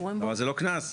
אבל זה לא קנס.